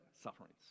sufferings